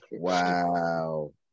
Wow